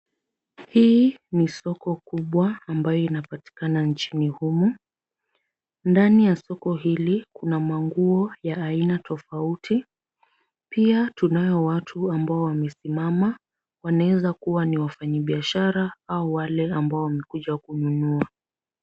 Hii ni soko kubwa ambayo inapatikana nchini humu. Ndani ya soko hili kuna manguo ya aina tofauti. Pia tunao watu ambao wamesimama. Wanaweza kuwa ni wafanyibiashara au wale ambao wamekuja kununua.